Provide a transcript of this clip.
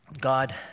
God